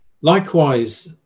likewise